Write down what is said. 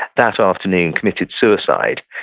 that afternoon committed suicide,